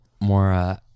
more